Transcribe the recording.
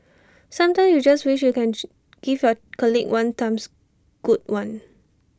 sometimes you just wish you can G give your colleague one times good one